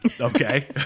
Okay